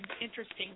interesting